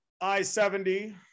I-70